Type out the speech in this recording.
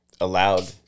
allowed